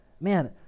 man